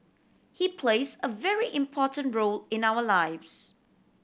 he plays a very important role in our lives